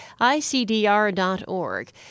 ICDR.org